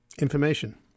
information